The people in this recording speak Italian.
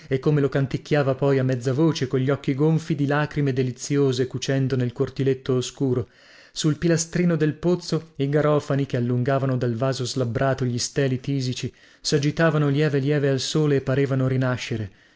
e come lo canticchiava poi a mezzavoce cogli occhi gonfi di lagrime deliziose cucendo nel cortiletto oscuro sul pilastrino del pozzo i garofani che allungavano dal vaso slabbrato gli steli tisici sagitavano lieve lieve al sole e parevano rinascere